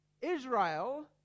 Israel